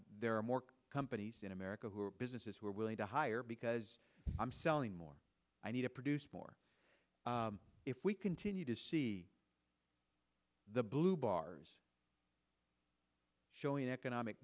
there are more companies in america who are businesses who are willing to hire because i'm selling more i need to produce more if we continue to see the blue bars showing economic